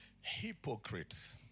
Hypocrites